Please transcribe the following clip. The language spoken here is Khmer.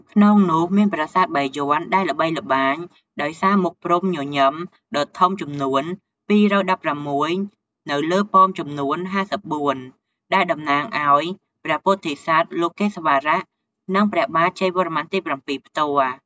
ក្នុងនោះមានប្រាសាទបាយ័ន ដែលល្បីល្បាញដោយសារមុខព្រហ្មញញឹមដ៏ធំចំនួន ២១៦ នៅលើប៉មចំនួន ៥៤ ដែលតំណាងឱ្យព្រះពោធិសត្វលោកេស្វរៈ និងព្រះបាទជ័យវរ្ម័នទី ៧ ផ្ទាល់។